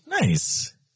Nice